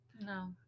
No